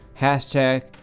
hashtag